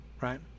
Right